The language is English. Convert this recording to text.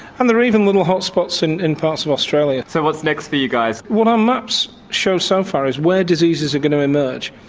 and there are even little hotspots in in parts of australia. so what's next for you guys? what our maps show so far is where diseases are going to emerge.